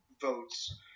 votes